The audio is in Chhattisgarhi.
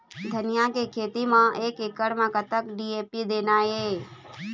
धनिया के खेती म एक एकड़ म कतक डी.ए.पी देना ये?